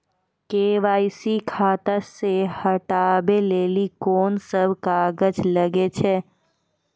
KYC खाता से हटाबै लेली कोंन सब कागज लगे छै?